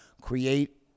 create